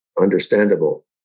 Understandable